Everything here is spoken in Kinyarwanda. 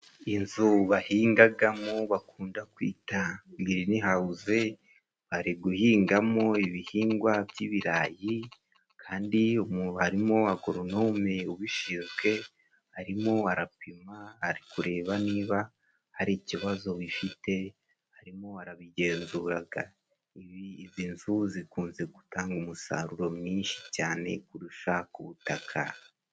Inzu bahingagamo bakunda kwita girinehawuze. Bari guhingamo ibihingwa by'ibirayi kandi umu harimo Agoronome ubishinzwe. Arimo arapima ari kureba niba hari ikibazo bifite harimo uwabigenzuraga. Izi nzu zikunze gutanga umusaruro mwinshi cyane kurusha ku butaka.